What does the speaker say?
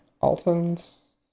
Alton's